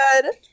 good